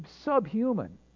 subhuman